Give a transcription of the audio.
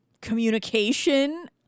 communication